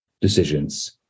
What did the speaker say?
decisions